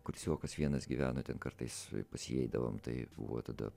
kursiokas vienas gyveno ten kartais pas jį eidavom tai buvo tada